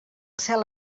cel